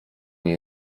nie